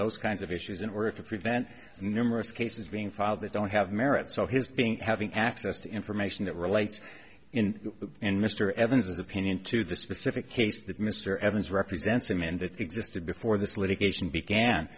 those kinds of issues in order to prevent numerous cases being filed that don't have merit so his being having access to information that relates in and mr evans his opinion to the specific case that mr evans represents him and that existed before this litigation began